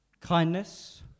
kindness